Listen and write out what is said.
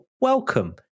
welcome